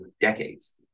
decades